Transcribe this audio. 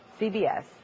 CBS